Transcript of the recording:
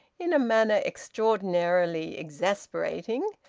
in a manner extraordinarily exasperating,